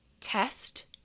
test